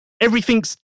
everything's